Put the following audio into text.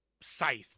scythe